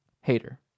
Hater